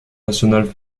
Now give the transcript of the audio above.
nationale